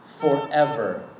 forever